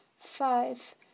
five